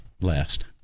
last